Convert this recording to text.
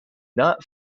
not